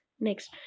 Next